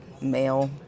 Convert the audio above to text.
male